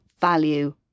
value